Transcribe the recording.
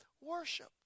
worship